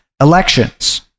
elections